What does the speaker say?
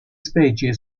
specie